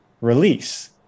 release